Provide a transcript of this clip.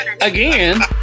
again